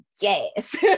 yes